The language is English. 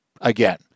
again